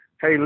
Hey